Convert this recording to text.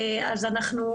אנחנו,